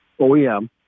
OEM